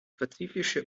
pazifische